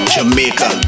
Jamaica